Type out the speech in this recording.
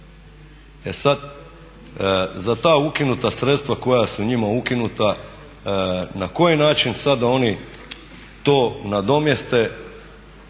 E sada za ta ukinuta sredstva koja su njima ukinuta na koji način sada da oni to nadomjeste.